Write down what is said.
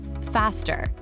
faster